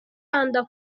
yibanda